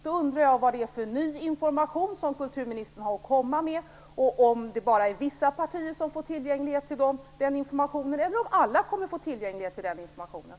Jag undrar vilken ny information som kulturministern har att komma med och om det bara är vissa partier som får den eller om alla partier kommer att få tillgång till den.